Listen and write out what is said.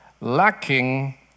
lacking